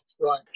Right